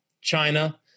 China